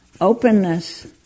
Openness